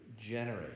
generate